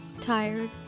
tired